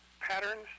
patterns